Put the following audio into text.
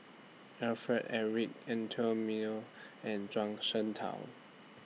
Alfred Eric Anthony Miller and Zhuang Shengtao